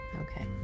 Okay